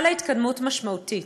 חלה התקדמות משמעותית.